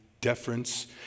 deference